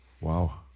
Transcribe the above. Wow